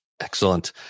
Excellent